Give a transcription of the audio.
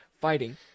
fighting